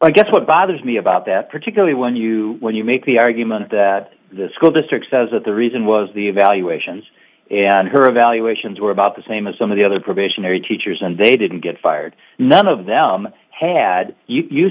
i guess what bothers me about that particularly when you when you make the argument that the school district says that the reason was the evaluations and her evaluations were about the same as some of the other provisionary teachers and they didn't get fired none of them had you